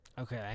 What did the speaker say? Okay